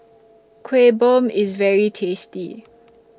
Kueh Bom IS very tasty